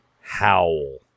howl